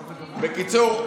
בקיצור,